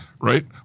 Right